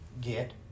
get